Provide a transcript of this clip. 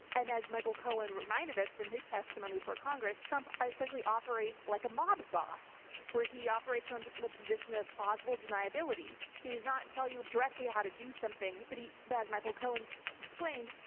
and as michael cohen reminded us in his testimony before congress, trump essentially operates like a mob boss where he operates from a position of plausible deniability. he does not tell you directly how to do something, but he but as michael cohen explained,